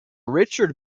richard